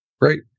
Great